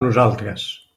nosaltres